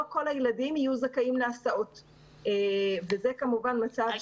לא כל הילדים יהיו זכאים להסעות וזה כמובן מצב שלא ניתן להשלים איתו.